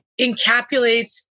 encapsulates